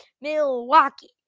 Milwaukee